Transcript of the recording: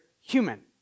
human